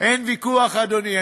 אין ויכוח, אדוני.